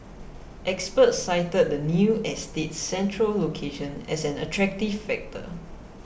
experts cited the new estate's central location as an attractive factor